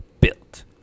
Built